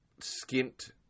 skint